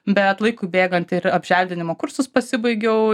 bet laikui bėgant ir apželdinimo kursus pasibaigiau